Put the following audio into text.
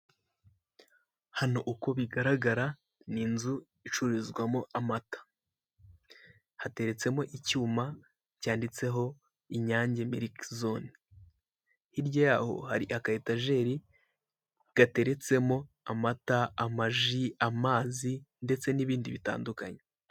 Hano uko bigaragara ni inzu icururizwamo amata, hateretsemo icyuma cyanditseho inyange miliki zone. Hirya yaho hari aka etajeri gateretsemo amata, amaji, amazi ndetse n'ibindi bitandukanye.